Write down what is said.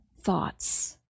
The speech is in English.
thoughts